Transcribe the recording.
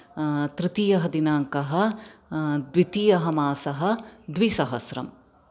तृतीयः दिनाङ्कः द्वितीयः मासः द्विसहस्रम्